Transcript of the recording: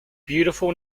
beautiful